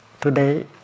today